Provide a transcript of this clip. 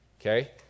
Okay